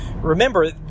Remember